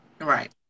right